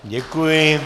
Děkuji.